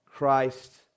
Christ